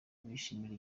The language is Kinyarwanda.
bishimira